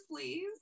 please